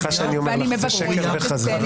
סליחה שאני אומר לך, זה שקר וכזב.